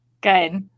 Good